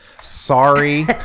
Sorry